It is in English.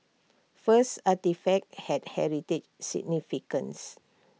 first artefacts had heritage significance